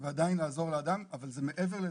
ועדיין לעזור לאדם, אבל זה מעבר לזה,